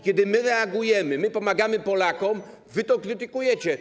Kiedy my reagujemy, my pomagamy Polakom, wy to krytykujecie.